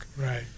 Right